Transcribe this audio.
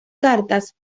cartas